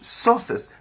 sources